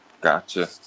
Gotcha